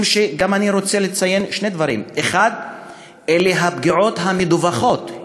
אני רוצה לציין שני דברים: 1. אלה הפגיעות המדווחות,